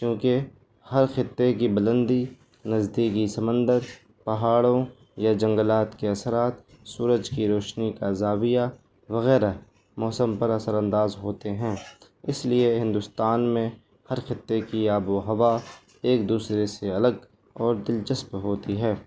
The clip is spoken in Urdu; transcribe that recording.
کیونکہ ہر خطے کی بلندی نزدیکی سمندر پہاڑوں یا جنگلات کے اثرات سورج کی روشنی کا زاویہ وغیرہ موسم پر اثر انداز ہوتے ہیں اس لیے ہندوستان میں ہر خطے کی آب و ہوا ایک دوسرے سے الگ اور دلچسپ ہوتی ہے